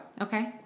Okay